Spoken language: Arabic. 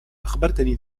أخبرتني